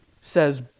says